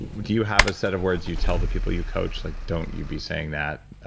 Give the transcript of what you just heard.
do you have a set of words you tell the people you coach? like don't you be saying that?